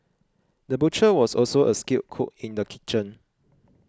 the butcher was also a skilled cook in the kitchen